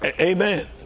Amen